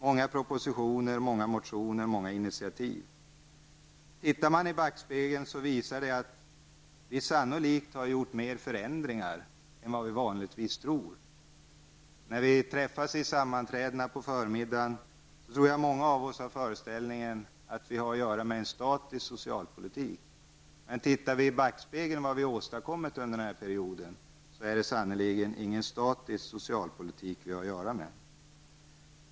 Vi har arbetat med propositioner, motioner och initiativ. Om vi tittar i backspegeln visar det sig att vi sannolikt har gjort mer förändringar än man vanligtvis tror. När utskottet träffas för sammanträde på förmiddagen tror jag att många av oss har föreställningen att vi har att göra med en staisk socialpolitik. Men om vi tittar i backspegeln för att se vad vi har åstadkommit under denna period är det sannerligen ingen statistik socialpolitik vi har att göra med.